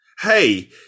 Hey